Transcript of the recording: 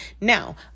Now